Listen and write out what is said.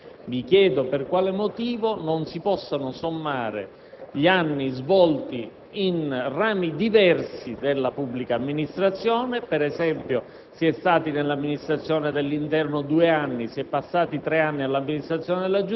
Presidente, questo emendamento si propone di consentire la somma degli anni trascorsi nella pubblica amministrazione a coloro che vogliono accedere al concorso. È prevista